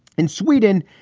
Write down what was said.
in sweden,